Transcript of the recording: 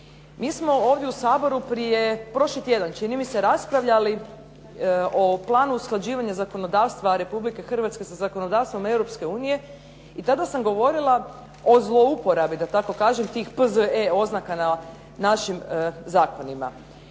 Mi smo ovdje u Saboru prije, prošli tjedan čini mi se raspravljali o planu usklađivanja zakonodavstva Republike Hrvatske sa zakonodavstvom Europske unije i tada sam govorila o zlouporabi da tako kažem tih P.Z.E. oznaka na našim zakonima.